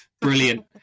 brilliant